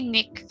Nick